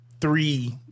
Three